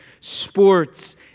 sports